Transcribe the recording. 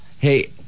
Hey